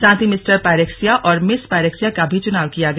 साथ ही mister Pyrexia और मिस पायरेक्सिया का भी चुनाव किया गया